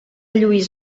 lluís